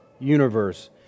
universe